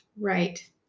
right